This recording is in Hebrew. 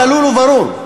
צלול וברור.